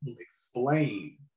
explain